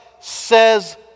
says